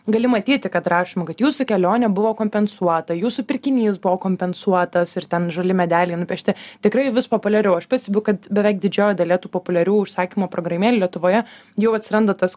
gali matyti kad rašoma kad jūsų kelionė buvo kompensuota jūsų pirkinys buvo kompensuotas ir ten žali medeliai nupiešti tikrai vis populiariau aš pastebiu kad beveik didžiojoj dalyje tų populiarių užsakymo programėlių lietuvoje jau atsiranda tas